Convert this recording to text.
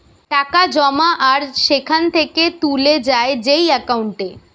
টাকা জমা আর সেখান থেকে তুলে যায় যেই একাউন্টে